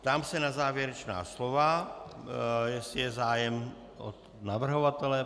Ptám se na závěrečná slova, jestli je zájem navrhovatele.